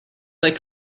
like